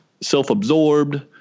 self-absorbed